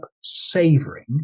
savoring